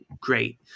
great